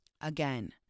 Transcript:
Again